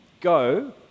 go